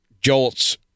jolts